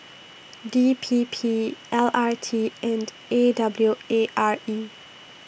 D P P L R T and A W A R E